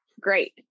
Great